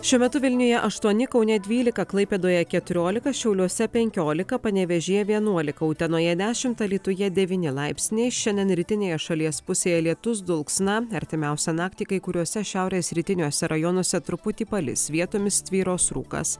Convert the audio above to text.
šiuo metu vilniuje aštuoni kaune dvylika klaipėdoje keturiolika šiauliuose penkiolika panevėžyje vienuolika utenoje ešimt alytuje devyni laipsniai šiandien rytinėje šalies pusėje lietus dulksna artimiausią naktį kai kuriuose šiaurės rytiniuose rajonuose truputį palis vietomis tvyros rūkas